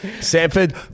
Sanford